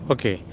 Okay